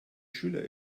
schüler